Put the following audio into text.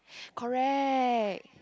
correct